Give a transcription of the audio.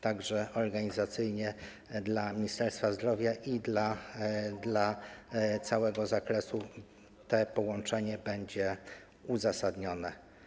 Tak że organizacyjnie dla Ministerstwa Zdrowia w przypadku całego zakresu to połączenie będzie uzasadnione.